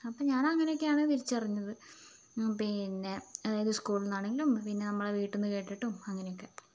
അപ്പോൾ ഞാൻ അങ്ങനെയൊക്കെയാണെന്ന് തിരിച്ചറിഞ്ഞത് പിന്നെ അതായത് സ്കൂളിൽ നിന്നാണെങ്കിലും പിന്നെ നമ്മൾ വീട്ടീൽ നിന്ന് കേട്ടിട്ടും അങ്ങനെയൊക്കെ